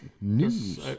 news